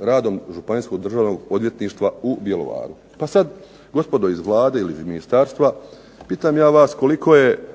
radom Županijskog državnog odvjetništva u Bjelovaru. Pa sad gospodo iz Vlade ili iz ministarstva pitam ja vas koliko je